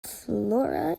flora